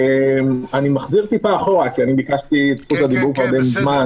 אני מחזיר מעט אחורה כי ביקשתי את זכות הדיבור ממזמן.